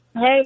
Hey